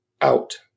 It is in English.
out